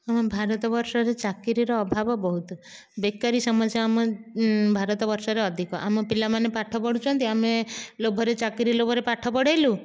ଆମ ଭାରତ ବର୍ଷରେ ଚାକିରିର ଅଭାବ ବହୁତ ବେକାରୀ ସମସ୍ୟା ଆମ ଭାରତ ବର୍ଷରେ ଅଧିକ ଆମ ପିଲାମାନେ ପାଠ ପଢ଼ୁଛନ୍ତି ଆମେ ଲୋଭରେ ଚାକିରି ଲୋଭରେ ପାଠ ପଢ଼େଇଲୁ